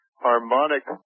harmonic